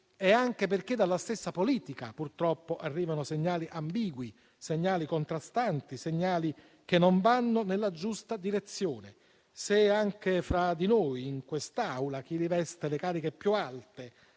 è anche perché dalla stessa politica purtroppo arrivano segnali ambigui e contrastanti, che non vanno nella giusta direzione. Se anche fra di noi, in quest'Aula, chi riveste le cariche più alte